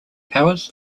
powers